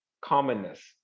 commonness